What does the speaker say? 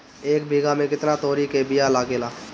एक बिगहा में केतना तोरी के बिया लागेला?